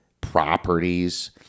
properties